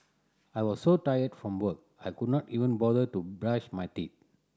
I was so tired from work I could not even bother to brush my teeth